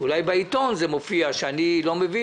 אולי בעיתון מופיע שאני לא מביא.